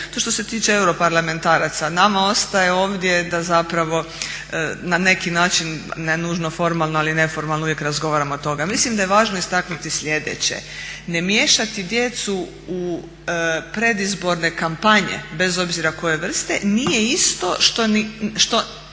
je što se tiče europarlamentaraca. Nama ostaje ovdje da zapravo na neki način, ne nužno formalno ali neformalno, uvijek razgovaramo o tome. Mislim da je važno istaknuti sljedeće, ne miješati djecu u predizborne kampanje, bez obzira koje vrste, nije isto što